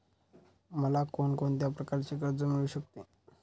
मला कोण कोणत्या प्रकारचे कर्ज मिळू शकते?